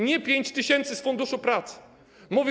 Nie 5 tys. z Funduszu Pracy.